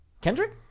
Kendrick